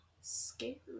scary